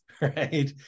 Right